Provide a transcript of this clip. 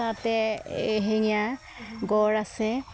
তাতে এশিঙীয়া গড় আছে